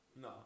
No